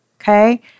okay